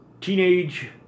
teenage